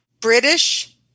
British